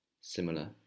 similar